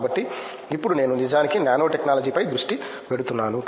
కాబట్టి ఇప్పుడు నేను నిజానికి నానోటెక్నాలజీపై దృష్టి పెడుతున్నాను